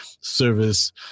service